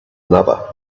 another